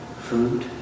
Food